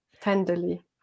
tenderly